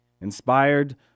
Inspired